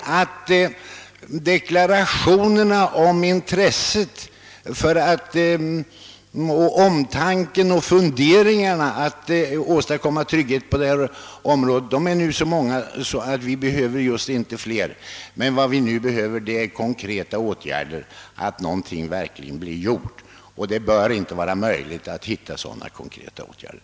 Deklarationerna om intresset för och omtanken om att åstadkomma trygghet på detta område är nu så många att vi inte behöver mer av det slaget. Men vad vi behöver är att någonting verkligen blir gjort, och det bör inte vara omöjligt att hitta konkreta åtgärder.